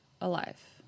Alive